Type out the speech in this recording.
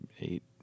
eight